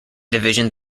division